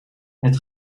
het